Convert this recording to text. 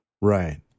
Right